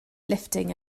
lifting